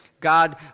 God